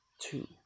two